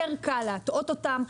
יותר קל להטעות אותם,